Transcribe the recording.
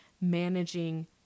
managing